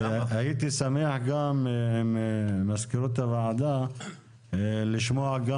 הייתי שמח גם אם מזכירות הוועדה לשמוע גם